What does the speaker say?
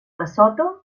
lesotho